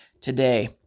today